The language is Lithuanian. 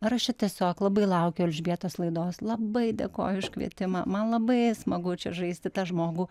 ar aš čia tiesiog labai laukiu elžbietos laidos labai dėkoju už kvietimą man labai smagu čia žaisti tą žmogų